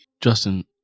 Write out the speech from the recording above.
Justin